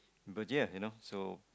but ya you know so